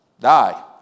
Die